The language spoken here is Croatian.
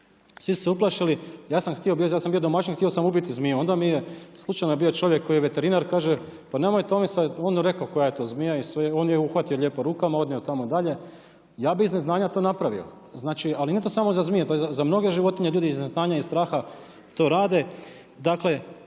Svi su se uplašili, ja sam htio, ja sam bio domaćin, htio sam ubiti tu zmiju. Onda mi je slučajno bio čovjek koji je veterinar kaže „Pa nemoj Tomislave“, on je rekao koja je to zmija i sve on je uhvatio lijepo rukama, odnio tamo dalje, ja bi iz neznanja to napravio. Znači ali nije to samo za zmije, to je za mnoge životinje, ljudi iz neznanja i straha to rade.